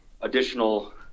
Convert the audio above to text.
additional